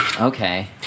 Okay